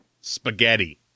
spaghetti